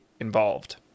involved